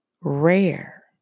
rare